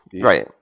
Right